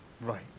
Right